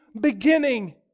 beginning